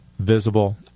Visible